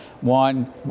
one